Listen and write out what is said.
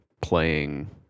playing